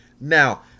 Now